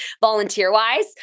volunteer-wise